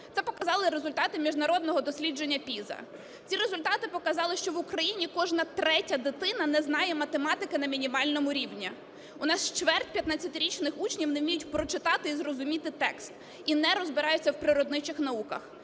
Це показали результати міжнародного дослідження PISA. Ці результати показали, що в Україні кожна третя дитина не знає математики на мінімальному рівні. У нас чверть 15-річних учнів не вміють прочитати і зрозуміти текст, і не розбираються в природничих науках.